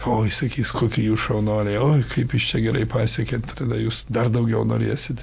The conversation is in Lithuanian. oi sakys kokie jūs šaunuoliai oi kaip jūs čia gerai pasiekėt tada jūs dar daugiau norėsit